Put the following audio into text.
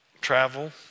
travel